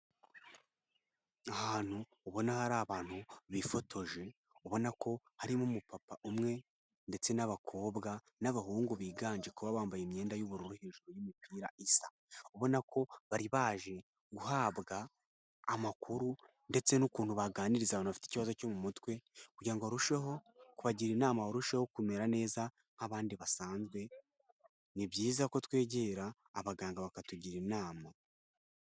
Ahantu ubona hari abantu bifotoje ubona ko harimo umupapa umwe ndetse n'abakobwa n'abahungu biganje kuba bambaye imyenda y'ubururu hejuru y'imipira isa. Ubona ko bari baje guhabwa amakuru ndetse n'ukuntu baganiriza abantu bafite ikibazo cyo mu mutwe kugira ngo barusheho kubagira inama barushaho kumera neza nk'abandi basanzwe. Ni byiza ko twegera abaganga bakatugira inama